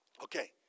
Okay